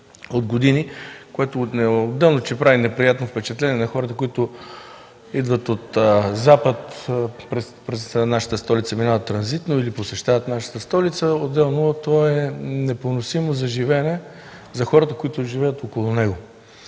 Отделно то е непоносимо за живеене за хората, които живеят около него.